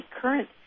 current